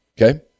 Okay